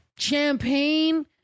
champagne